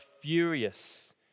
furious